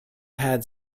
had